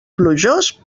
plujós